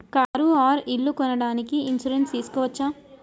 Car or ఇల్లు కొనడానికి insurance తీస్కోవచ్చా?